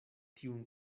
tiun